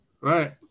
Right